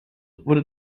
wurde